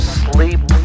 sleep